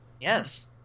Yes